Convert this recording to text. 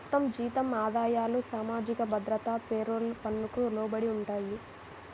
మొత్తం జీతం ఆదాయాలు సామాజిక భద్రత పేరోల్ పన్నుకు లోబడి ఉంటాయి